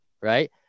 Right